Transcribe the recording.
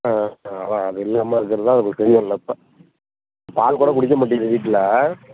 ஆ அதான் அதுல்லாமல் இருக்கறது தான் அதுக்கு பெரிய நட்டம் பால் கூட குடிக்க மாட்டிக்கிது வீட்டில